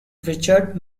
richard